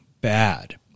bad